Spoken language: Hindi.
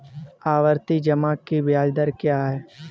आवर्ती जमा की ब्याज दर क्या है?